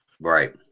Right